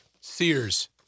Sears